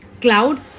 Cloud